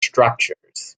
structures